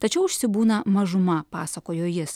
tačiau užsibūna mažuma pasakojo jis